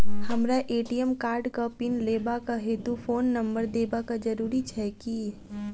हमरा ए.टी.एम कार्डक पिन लेबाक हेतु फोन नम्बर देबाक जरूरी छै की?